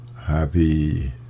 happy